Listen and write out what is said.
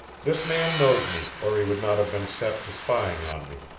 this man knows me, or he would not have been set to spying on me.